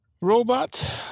robot